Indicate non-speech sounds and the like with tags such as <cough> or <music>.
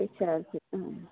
<unintelligible> ആ